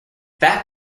that